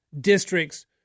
districts